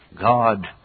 God